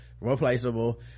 replaceable